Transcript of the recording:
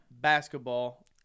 Basketball